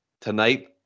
tonight